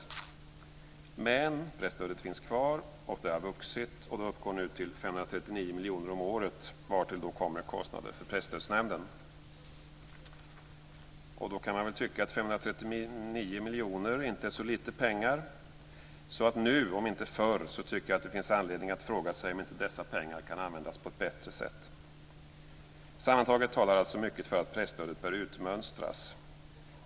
Men presstödet finns kvar och har vuxit och uppgår nu till 539 miljoner om året, vartill kommer kostnader för Presstödsnämnden. Då kan man kanske tycka att 539 miljoner inte är så lite pengar, så att nu om inte förr tycker jag att det finns anledning att fråga sig om inte dessa pengar kan användas på ett bättre sätt. Sammantaget talar alltså mycket för att presstödet bör utmönstras.